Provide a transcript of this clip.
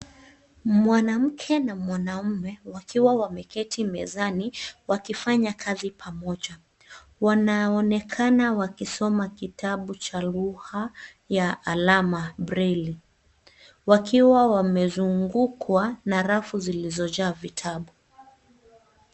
Mwanamke na mwanaume wakiwa wameketi mezani wakifanya kazi pamoja. Wanaonekana wakisoma kitabu cha lugha ya alama, breile, wakiwa wamezungukwa na rafu zilizojaa vitabu.